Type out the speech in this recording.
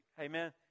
Amen